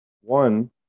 One